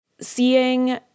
Seeing